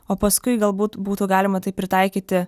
o paskui galbūt būtų galima tai pritaikyti